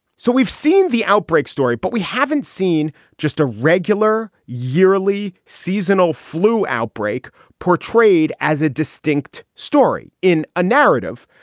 so we've seen the outbreak story, but we haven't seen just a regular yearly seasonal flu outbreak portrayed as a distinct story in a narrative.